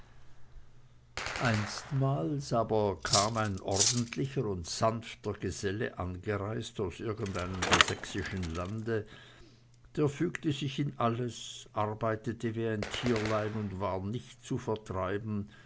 kam aber ein ordentlicher und sanfter geselle angereist aus irgendeinem der sächsischen lande der fügte sich in alles arbeitete wie ein tierlein und war nicht zu vertreiben